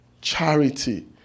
charity